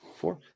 Four